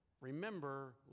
remember